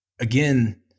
again